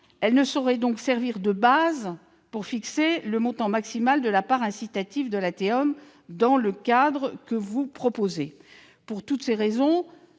elle ne saurait servir de base pour fixer le montant maximal de la part incitative de la TEOM dans le cadre que vous proposez. Pour toutes ces raisons,